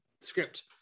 script